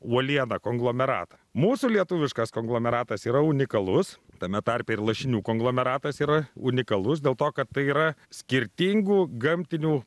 uolieną konglomeratą mūsų lietuviškas konglomeratas yra unikalus tame tarpe ir lašinių konglomeratas yra unikalus dėl to kad tai yra skirtingų gamtinių